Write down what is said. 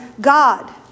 God